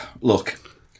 Look